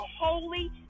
holy